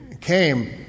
came